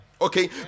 Okay